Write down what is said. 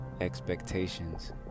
expectations